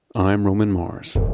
i'm roman mars